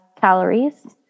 calories